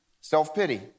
self-pity